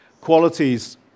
qualities